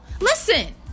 listen